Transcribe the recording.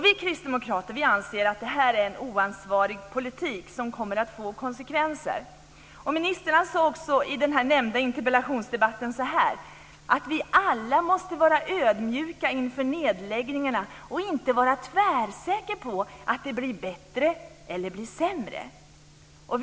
Vi kristdemokrater anser att detta är en oansvarig politik som kommer att få konsekvenser. Ministern sade också i den nämnda interpellationsdebatten: "att man ska var ödmjuk inför det här och inte vara alltför tvärsäker på att det blir bättre eller att det blir sämre."